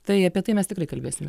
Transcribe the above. tai apie tai mes tikrai kalbėsime